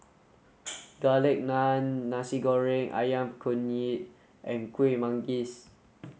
Garlic Naan Nasi Goreng Ayam Kunyit and Kueh Manggis